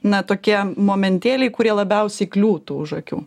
na tokie momentėliai kurie labiausiai kliūtų už akių